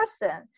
person